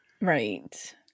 Right